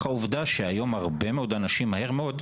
העובדה שהיום הרבה מאוד אנשים מהר מאוד,